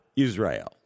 Israel